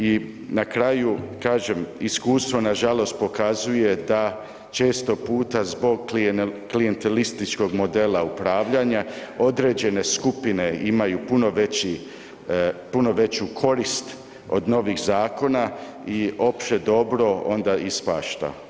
I na kraju kažem, iskustva nažalost pokazuje ta često puta zbog klijentističkog modela upravljanja, određene skupine imaju puno veću korist od novih zakona i onda opće dobro onda ispašta.